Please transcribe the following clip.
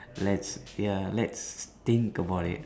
let's ya let's think about it